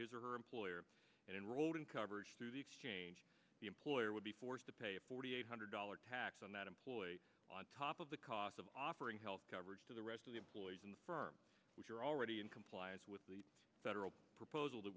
his or her employer enrolled in coverage through the exchange the employer would be forced to pay a forty eight hundred dollars tax on that employee on top of the cost of offer health coverage to the rest of the employees in the firm which are already in compliance with the federal proposal that